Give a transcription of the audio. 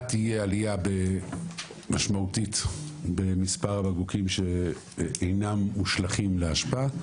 תהיה עלייה משמעותית במספר הבקבוקים שאינם מושלכים לאשפה.